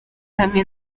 hamwe